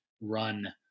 run